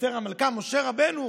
אסתר המלכה, משה רבנו.